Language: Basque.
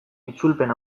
itzulpen